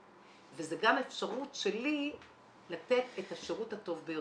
וזו גם אפשרות שלי לתת את השירות הטוב ביותר.